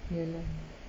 ya lah